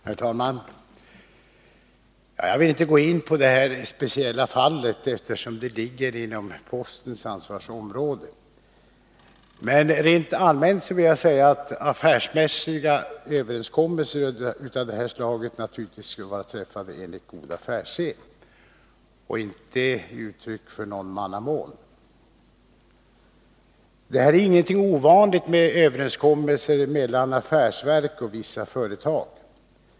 Herr talman! Jag vill inte gå in på det här speciella fallet, eftersom det ligger inom postverkets ansvarsområde. Men rent allmänt vill jag säga att affärsmässiga överenskommelser av detta slag naturligtvis skall vara träffade enligt god affärssed och inte vara uttryck för någon mannamån. Det är inte ovanligt med överenskommelser mellan affärsverk och vissa företag.